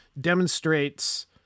demonstrates